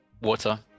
water